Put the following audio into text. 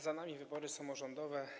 Za nami wybory samorządowe.